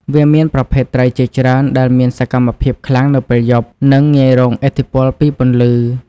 វាមានប្រភេទត្រីជាច្រើនដែលមានសកម្មភាពខ្លាំងនៅពេលយប់ និងងាយរងឥទ្ធិពលពីពន្លឺ។